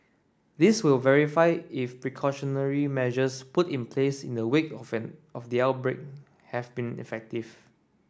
this will verify if precautionary measures put in place in the wake of the outbreak have been effective